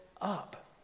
up